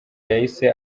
yahise